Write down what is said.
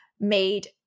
made